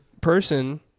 person